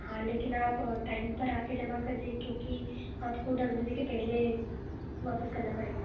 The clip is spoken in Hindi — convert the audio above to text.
हाँ लेकिन आप टाइम पर आके जमा कर दीजिए क्योंकि आपको दस बजे के पहले वापस करना पड़ेगा